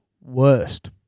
worst